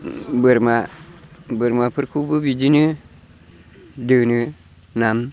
बोरमा बोरमाफोरखौबो बिदिनो दोनो नाम